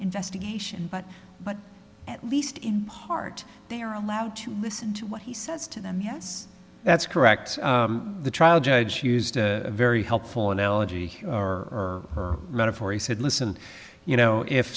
investigation but but at least in part they are allowed to listen to what he says to them yes that's correct the trial judge used a very helpful analogy or metaphor he said listen you know if